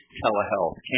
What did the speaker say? telehealth